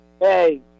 Hey